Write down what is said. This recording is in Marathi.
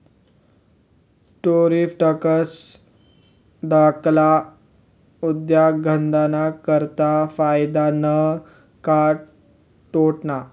टैरिफ टॅक्स धाकल्ला उद्योगधंदा करता फायदा ना का तोटाना?